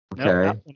okay